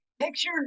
picture